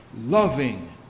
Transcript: loving